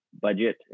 budget